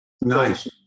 nice